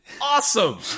Awesome